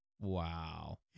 wow